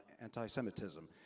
anti-Semitism